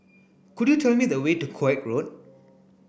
could you tell me the way to Koek Road